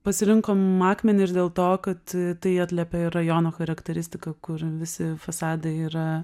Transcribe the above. pasirinkom akmenį ir dėl to kad tai atliepia ir rajono charakteristiką kur visi fasadai yra